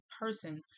person